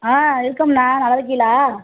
ஆ இருக்கம்ண்ணா நல்லா இருக்கிகளா